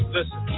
Listen